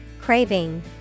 Craving